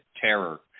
terror